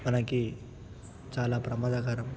మనకి చాలా ప్రమాదకరం